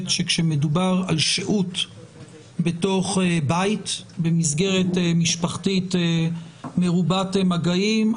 שכאשר מדובר על שהות בתוך בית במסגרת משפחתית מרובת מגעים,